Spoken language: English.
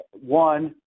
One